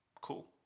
Cool